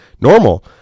normal